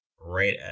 right